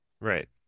Right